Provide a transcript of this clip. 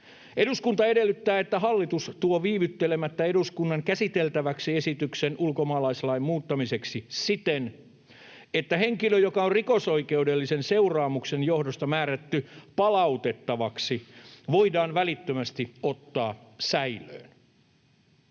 ”eduskunta edellyttää, että hallitus tuo viivyttelemättä eduskunnan käsiteltäväksi esityksen ulkomaalaislain muuttamiseksi siten, että henkilö, joka on rikosoikeudellisen seuraamuksen johdosta määrätty palautettavaksi, voidaan välittömästi ottaa säilöön”.